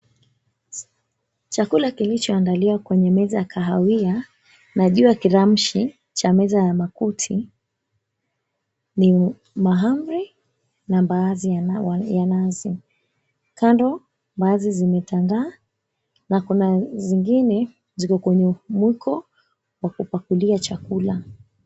Chakuka kilichoandaliwa kwenye meza ya kahawia na juu ya kiramshi cha meza ya makuti ni mahamri na mbaazi ya nazi. Kando, mbaazi zimetandaa na kuna zingine ziko kwenye mwiko wa kupakulia chakula.